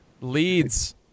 leads